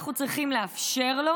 אנחנו צריכים לאפשר לו